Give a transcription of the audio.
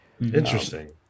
Interesting